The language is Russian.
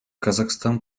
казахстан